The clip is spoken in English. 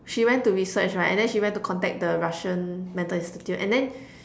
she went to research right and then she went to contact the Russian mental institute and then